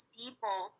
people